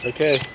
Okay